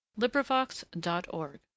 LibriVox.org